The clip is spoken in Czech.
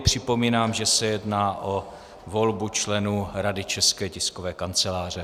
Připomínám, že se jedná o volbu členů Rady České tiskové kanceláře.